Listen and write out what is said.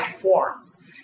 forms